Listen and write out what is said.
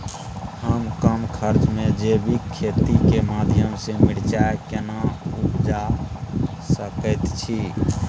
हम कम खर्च में जैविक खेती के माध्यम से मिर्चाय केना उपजा सकेत छी?